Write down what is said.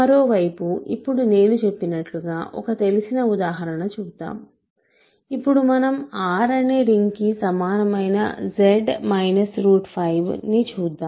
మరోవైపు ఇప్పుడు నేను చెప్పినట్లుగా ఒక తెలిసిన ఉదాహరణ చూద్దాంఇప్పుడు మనం R అనే రింగ్ కి సమానమైన Z 5 ని చూద్దాం